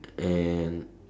and